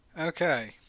Okay